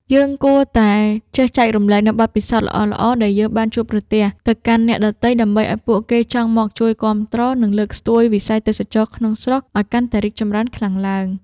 យើងគួរតែចេះចែករំលែកនូវបទពិសោធន៍ល្អៗដែលយើងបានជួបប្រទះទៅកាន់អ្នកដទៃដើម្បីឱ្យពួកគេចង់មកជួយគាំទ្រ និង លើកស្ទួយវិស័យទេសចរណ៍ក្នុងស្រុកឱ្យកាន់តែរីកចម្រើនខ្លាំងឡើង។